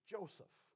Joseph